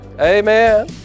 Amen